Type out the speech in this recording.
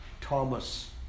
Thomas